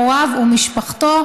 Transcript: הוריו ומשפחתו,